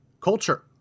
culture